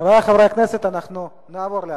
חברי חברי הכנסת, אנחנו נעבור להצבעה.